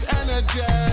energy